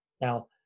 now